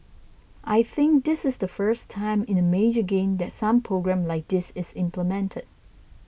I think this is the first time in a major game that some programme like this is implemented